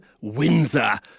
Windsor